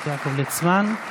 (מחיאות כפיים) תודה, חבר הכנסת יעקב ליצמן.